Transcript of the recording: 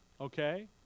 Okay